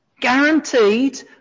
Guaranteed